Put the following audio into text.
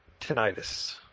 tinnitus